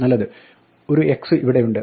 നല്ലത് ഒരു x ഇവിടെയുണ്ട്